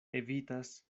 evitas